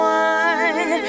one